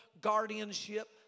guardianship